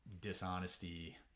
dishonesty